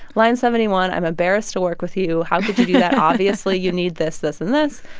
line seventy one i'm embarrassed to work with you. how could you do that? obviously, you need this, this and this.